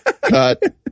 Cut